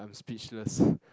speechless